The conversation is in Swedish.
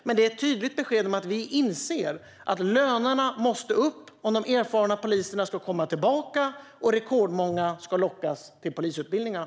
Men det är ett tydligt besked om att vi inser att lönerna måste upp om de erfarna poliserna ska komma tillbaka och rekordmånga ska lockas till polisutbildningarna.